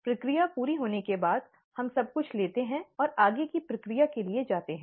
प्रक्रिया पूरी होने के बाद हम सब कुछ लेते हैं और आगे की प्रक्रिया के लिए जाते हैं